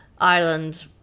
Ireland